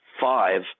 five